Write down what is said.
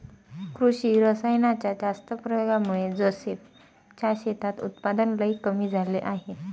कृषी रासायनाच्या जास्त प्रयोगामुळे जोसेफ च्या शेतात उत्पादन लई कमी झाले आहे